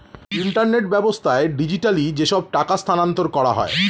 internet ব্যাবস্থায় digitally যেসব টাকা স্থানান্তর করা হয়